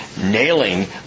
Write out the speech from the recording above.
nailing